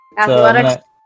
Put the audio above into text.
Athletics